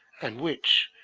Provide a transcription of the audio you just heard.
and which,